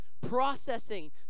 processing